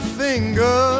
finger